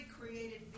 created